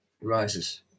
rises